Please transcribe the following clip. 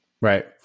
Right